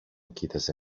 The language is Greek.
κοίταζε